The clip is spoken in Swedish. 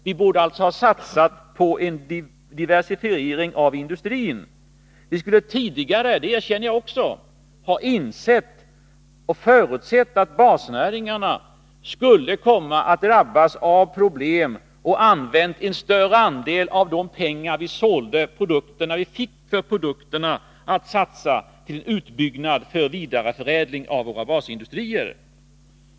Vi borde alltså ha satsat på en diversifiering av industrin. Jag erkänner också att vi tidigare borde ha insett och förutsett att basnäringarna skulle komma att drabbas av problem, och vi skulle ha använt en större andel av de pengar vi fick vid försäljningen av produkterna till utbyggnad av vidareförädlingen på grundval av våra basindustrier.